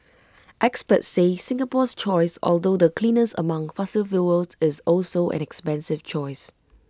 experts say Singapore's choice although the cleanest among fossil fuels is also an expensive choice